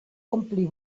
ompli